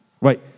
Right